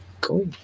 Cool